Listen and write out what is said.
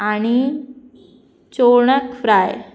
आणी चोणक फ्राय